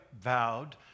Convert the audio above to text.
vowed